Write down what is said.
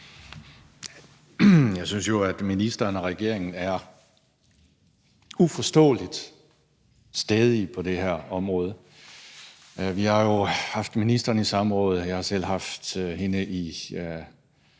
Jeg synes jo, at ministeren og regeringen er uforståeligt stædige på det her område. For vi har jo haft ministeren i samråd, jeg har selv haft hende i